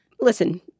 Listen